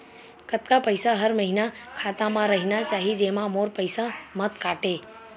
कतका पईसा हर महीना खाता मा रहिना चाही जेमा मोर पईसा मत काटे?